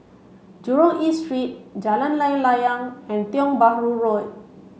Jurong East Street Jalan Layang Layang and Tiong Bahru Road